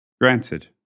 Granted